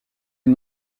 est